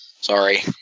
Sorry